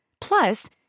Plus